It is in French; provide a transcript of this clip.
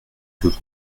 veux